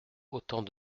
autant